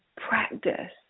practice